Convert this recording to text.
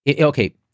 okay